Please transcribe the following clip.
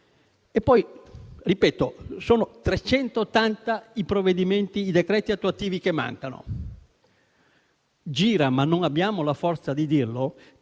Ripeto, sono 380 i decreti attuativi che mancano. Gira la voce - ma non abbiamo la forza di dirlo